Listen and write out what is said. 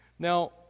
Now